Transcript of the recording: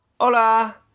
Hola